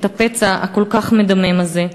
את הפצע הכל-כך מדמם הזה.